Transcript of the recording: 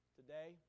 today